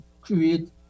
create